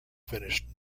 finished